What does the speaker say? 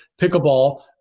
pickleball